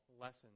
lessons